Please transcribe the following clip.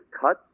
cut